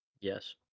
yes